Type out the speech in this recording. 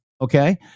okay